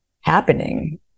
happening